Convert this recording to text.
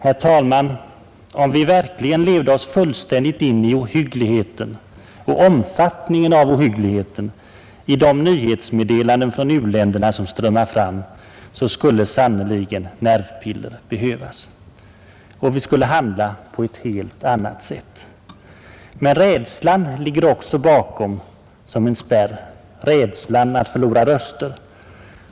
Herr talman, om vi verkligen levde oss fullständigt in i ohyggligheten, och omfattningen av ohyggligheten, i de nyhetsmeddelanden från u-länderna som strömmar fram, skulle sannerligen nervpiller behövas. Och vi skulle handla på ett helt annat sätt. Men rädslan ligger också bakom som en spärr, rädslan att förlora röster.